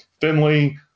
Finley